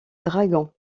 dragons